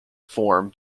form